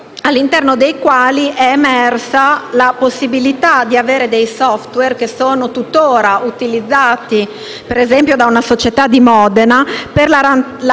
all'interno dei quali è emersa la possibilità di avere dei *software*, che sono al momento utilizzati, ad esempio, da una società di Modena, per la